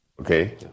Okay